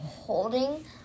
holding